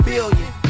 Billion